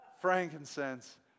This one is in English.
frankincense